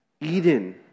Eden